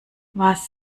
was